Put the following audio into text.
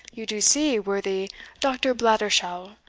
you do see, worthy dr. bladderhowl,